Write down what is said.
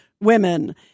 women